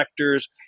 vectors